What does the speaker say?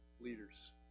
leaders